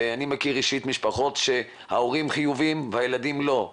ואני מכיר אישית משפחות שההורים חיוביים והילדים לא,